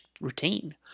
routine